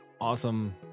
awesome